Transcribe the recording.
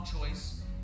choice